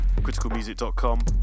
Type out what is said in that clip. criticalmusic.com